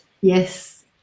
yes